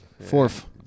Fourth